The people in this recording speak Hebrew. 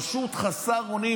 פשוט חסר אונים.